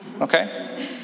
Okay